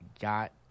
got